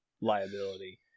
liability